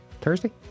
Thursday